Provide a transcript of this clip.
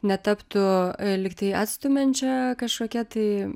netaptų lygtai atstumiančia kažkokia tai